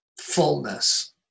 fullness